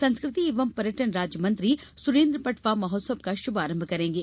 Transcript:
संस्कृति एवं पर्यटन राज्य मंत्री सुरेन्द्र पटवा महोत्सव का शुभारंभ करेंगे